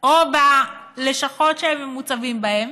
או בלשכות שהם מוצבים בהן,